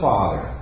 Father